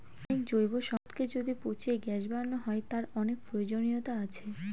অনেক জৈব সম্পদকে যদি পচিয়ে গ্যাস বানানো হয়, তার অনেক প্রয়োজনীয়তা আছে